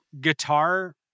guitar